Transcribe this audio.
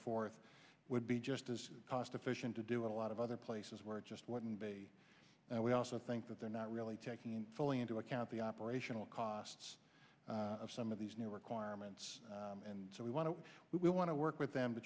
forth would be just as cost efficient to do a lot of other places where it just wouldn't be and we also think that they're not really taking fully into account the operational costs of some of these new requirements and so we want to we want to work with them to